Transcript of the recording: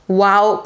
wow